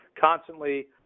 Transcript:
constantly